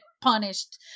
punished